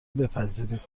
بپذیرید